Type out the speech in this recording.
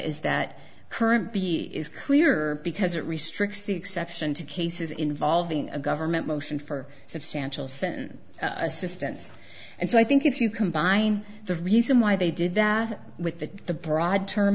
is that current b is clearer because it restricts the exception to cases involving a government motion for substantial certain assistance and so i think if you combine the reason why they did that with the the broad term